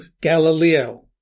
Galileo